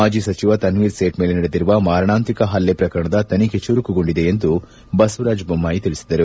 ಮಾಜಿ ಸಚಿವ ತನ್ವೀರ್ಸೇತ್ ಮೇಲೆ ನಡೆದಿರುವ ಮಾರಾಣಾಂತಿಕ ಪಲ್ಲೆ ಪ್ರಕರಣದ ತನಿಖೆ ಚುರುಕುಗೊಂಡಿದೆ ಎಂದು ಬಸವರಾಜ್ ಬೊಮ್ಹಾಯಿ ತಿಳಿಸಿದರು